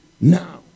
now